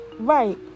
Right